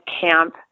camp